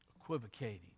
equivocating